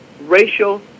racial